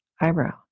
eyebrow